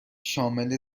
شامل